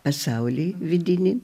pasaulį vidinį